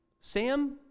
Sam